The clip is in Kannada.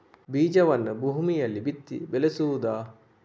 ಬೀಜವನ್ನು ಭೂಮಿಯಲ್ಲಿ ಬಿತ್ತಿ ಬೆಳೆಸುವುದಾ?